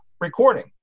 recording